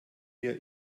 mir